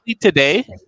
today